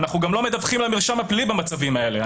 אנחנו גם לא מדווחים למרשם הפלילי במצבים האלה".